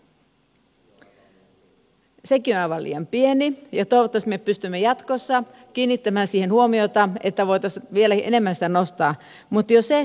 sekin on aivan liian pieni ja toivottavasti me pystymme jatkossa kiinnittämään siihen huomiota että voitaisiin vielä enemmän sitä nostaa